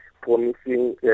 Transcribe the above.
promising